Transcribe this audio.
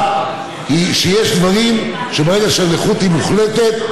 היא שיש דברים שברגע שהנכות היא מוחלטת,